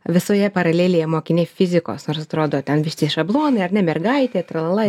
visoje paralelėje mokiniai fizikos nors atrodo ten visi tie šablonai ar ne mergaitė tra la la